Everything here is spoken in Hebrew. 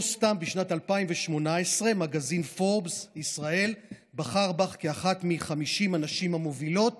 לא סתם בשנת 2018 מגזין פורבס ישראל בחר בך כאחת מ-50 הנשים המובילות